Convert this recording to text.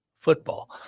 football